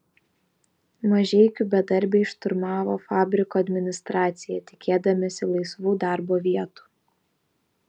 mažeikių bedarbiai šturmavo fabriko administraciją tikėdamiesi laisvų darbo vietų